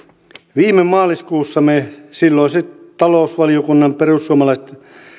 viime maaliskuussa me silloiset talousvaliokunnan perussuomalaiset